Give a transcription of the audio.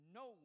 no